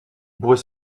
pourrait